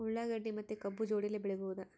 ಉಳ್ಳಾಗಡ್ಡಿ ಮತ್ತೆ ಕಬ್ಬು ಜೋಡಿಲೆ ಬೆಳಿ ಬಹುದಾ?